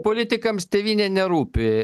politikams tėvynė nerūpi